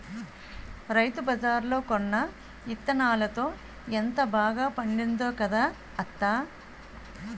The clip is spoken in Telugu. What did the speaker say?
రైతుబజార్లో కొన్న యిత్తనాలతో ఎంత బాగా పండిందో కదా అత్తా?